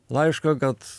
laišką kad